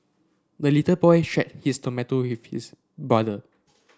the little boy shared his tomato his brother